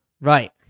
right